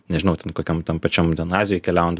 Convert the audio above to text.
nežinau kokiam tam pačiam ten azijoj keliaujant